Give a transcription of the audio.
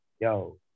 Yo